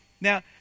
Now